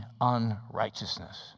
unrighteousness